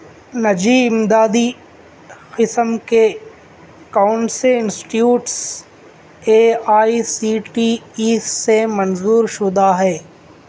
نجی امدادی قسم کے کون سے institutes A I C T E سے منظور شدہ ہے